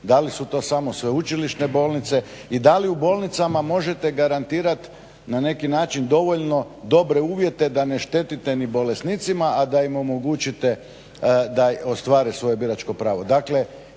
da li su to samo sveučilišne bolnice i da li u bolnicama možete garantirati na neki način dovoljno dobre uvjete da ne štetite ni bolesnicima, a da im omogućite da ostvare svoje biračko pravo.